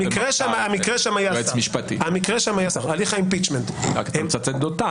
אתה מצטט את דותן.